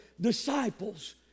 disciples